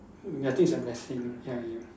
mm I think it's a blessing ya ya